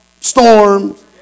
storms